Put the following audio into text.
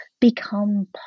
become